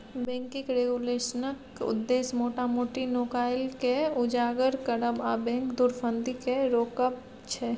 banking रेगुलेशनक उद्देश्य मोटा मोटी नुकाएल केँ उजागर करब आ बैंक धुरफंदी केँ रोकब छै